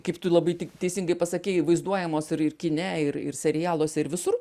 kaip tu labai tik teisingai pasakei vaizduojamos ir ir kine ir ir serialuose ir visur